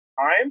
time